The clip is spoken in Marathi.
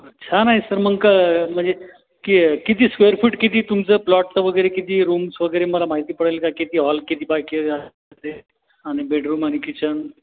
छान आहे सर मग म्हणजे कि किती स्क्वेअर फूट किती तुमचं प्लॉटचं वगैरे किती रूम्स वगैरे मला माहिती पडेल का किती हॉल किती बाय कि ए ते आणि बेडरूम आणि किचन